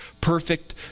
perfect